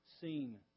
seen